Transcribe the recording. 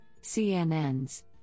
CNNs